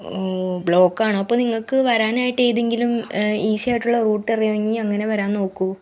ബ്ലോക്കാണൊ അപ്പം നിങ്ങൾക്ക് വരാനായിട്ട് ഏതെങ്കിലും ഈസി ആയിട്ടുള്ള റൂട്ട് അറിയാമെങ്കിൽ അങ്ങനെ വരാന്നോക്കു